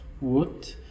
wood